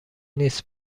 نیس